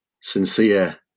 sincere